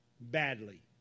badly